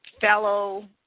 fellow